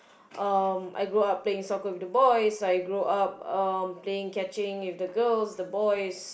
um I grow up playing soccer with the boys I grow up um playing catching with the girls the boys